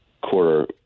quarter